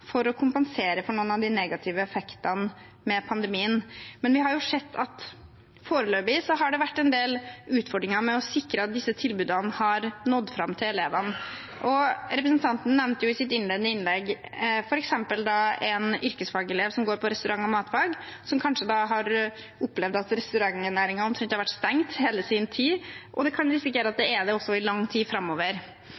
for å kompensere for noen av de negative effektene med pandemien. Men vi har sett at det foreløpig har vært en del utfordringer med å sikre at disse tilbudene har nådd fram til elevene. Representanten nevnte i sitt innledende innlegg f.eks. en yrkesfagelev som går på restaurant- og matfag, og som kanskje har opplevd at restaurantnæringen ha vært stengt omtrent hele tiden, og man kan risikere at